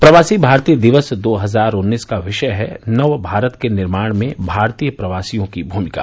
प्रवासी भारतीय दिवस दो हजार उन्नीस का विषय है नव भारत के निर्माण में भारतीय प्रवासियों की भूमिका